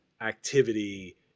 activity